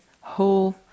whole